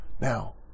Now